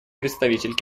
представитель